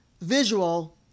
visual